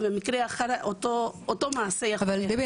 ובמקרה אחר אותו מעשה יכול להיות -- דבי,